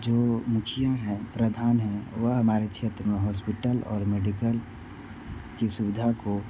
जो मुखिया हैं प्रधान हैं वह हमारे क्षेत्र में हॉस्पिटल और मेडिकल की सुविधा को